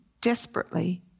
desperately